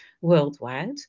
worldwide